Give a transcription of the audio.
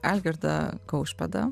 algirdą kaušpėdą